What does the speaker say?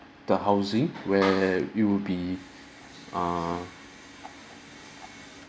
the housing where it will be err